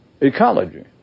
ecology